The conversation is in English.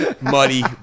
muddy